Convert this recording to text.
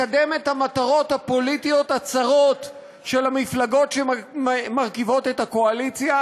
לקדם את המטרות הפוליטיות הצרות של המפלגות שמרכיבות את הקואליציה,